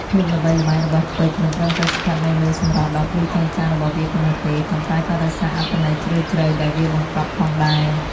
ភាពល្បីល្បាញរបស់ពេជ្រមិនត្រឹមតែស្ថិតនៅលើសម្រស់ដ៏ភ្លឺចែងចាំងរបស់វាប៉ុណ្ណោះទេ ប៉ុន្តែក៏ដោយសារអត្ថន័យជ្រាលជ្រៅដែលវាបង្កប់ផងដែរ។